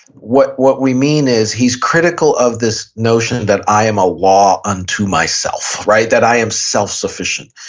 what what we mean is he's critical of this notion that i am a law unto myself. right? that i am self-sufficient.